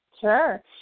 Sure